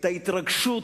ההתרגשות